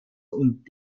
und